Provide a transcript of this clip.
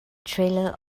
trailer